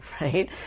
Right